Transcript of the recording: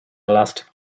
elastic